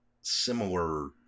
similar